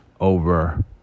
over